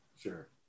Sure